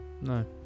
No